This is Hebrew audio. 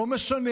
לא משנה.